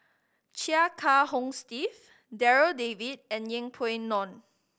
Chia Kiah Hong Steve Darryl David and Yeng Pway Ngon